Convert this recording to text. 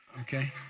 Okay